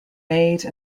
made